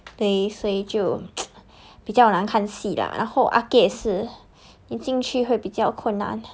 they say 就 比较难看戏啦然后 arcade 是你进去会比较困难